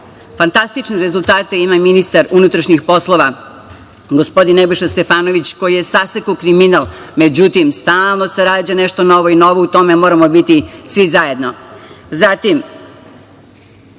korupcijom. Fantastične rezultate ima ministar unutrašnjih poslova, gospodin Nebojša Stefanović koji je sasekao kriminal, međutim, stalno se rađa nešto novo i u tome moramo biti svi zajedno. Zatim,